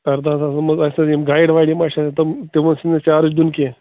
اَرداہ ساسَن منٛز آسٮ۪ن یِم گایِڈ وایِڈ یِم ما چھِ تِم تِمَن چھُنہٕ اَسہِ چارٕج دیُن کیٚںٛہہ